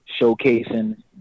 showcasing